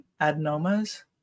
adenomas